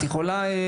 את יכולה לפרט לי?